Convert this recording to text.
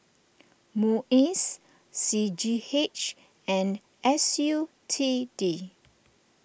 Muis C G H and S U T D